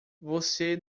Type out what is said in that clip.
você